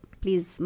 please